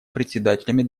председателями